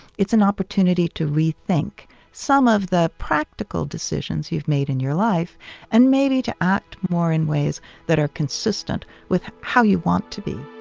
it's an opportunity to rethink some of the practical decisions you've made in your life and maybe to act more in ways that are consistent with how you want to be